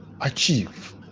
achieve